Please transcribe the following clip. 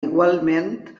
igualment